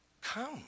Come